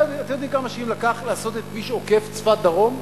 אתם יודעים כמה שנים לקח לעשות את כביש עוקף צפת דרום?